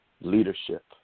Leadership